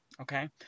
okay